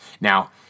Now